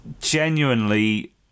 genuinely